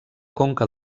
conca